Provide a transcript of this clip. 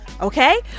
okay